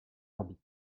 orbite